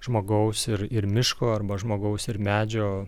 žmogaus ir ir miško arba žmogaus ir medžio